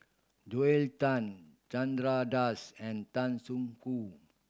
Joel Tan Chandra Das and Tan Soo Khoon